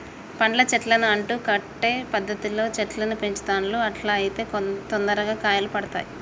పండ్ల చెట్లను అంటు కట్టే పద్ధతిలో చెట్లను పెంచుతాండ్లు అట్లా అయితే తొందరగా కాయలు పడుతాయ్